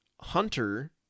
Hunter